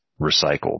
recycled